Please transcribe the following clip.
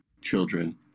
children